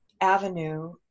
avenue